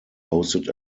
hosted